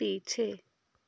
पीछे